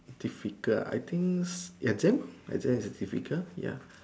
difficult I think exam exam is difficult ya